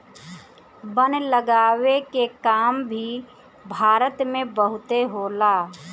वन लगावे के काम भी भारत में बहुते होला